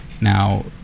Now